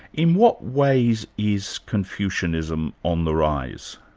in what ways is confucianism on the rise?